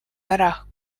ära